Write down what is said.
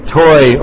toy